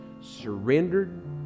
surrendered